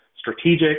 strategic